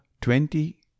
Twenty